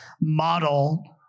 model